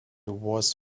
was